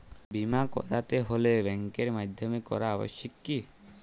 বিমা করাতে হলে ব্যাঙ্কের মাধ্যমে করা আবশ্যিক কি?